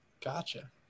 Gotcha